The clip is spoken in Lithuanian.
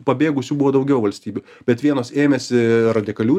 pabėgusių buvo daugiau valstybių bet vienos ėmėsi radikalių